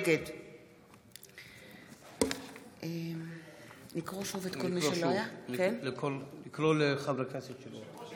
נגד לקרוא שוב לחברי כנסת שלא היו.